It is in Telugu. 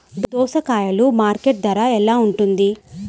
దోసకాయలు మార్కెట్ ధర ఎలా ఉంటుంది?